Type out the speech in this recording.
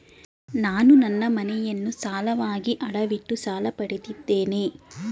ನಾನು ನನ್ನ ಮನೆಯನ್ನು ಸಾಲವಾಗಿ ಅಡವಿಟ್ಟು ಸಾಲ ಪಡೆದಿದ್ದೇನೆ